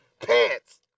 pants